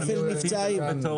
מבצעים.